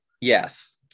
Yes